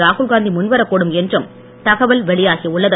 ராகுல்காந்தி முன்வரக் கூடும் என்றும் தகவல் வெளியாகியுள்ளது